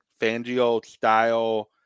Fangio-style